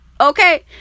Okay